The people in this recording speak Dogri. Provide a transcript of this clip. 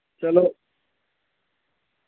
चलो